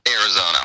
Arizona